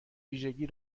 ویژگی